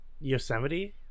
Yosemite